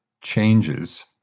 changes